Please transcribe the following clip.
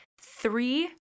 three